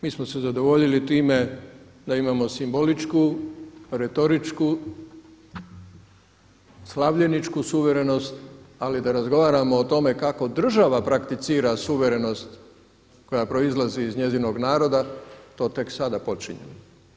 Mi smo se zadovoljili s time da imamo simboličku, retoričku, slavljeničku suverenost ali da razgovaramo o tome kako država prakticira suverenost koja proizlazi iz njezinog naroda to tek sada počinjemo.